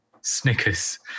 Snickers